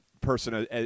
person